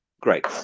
great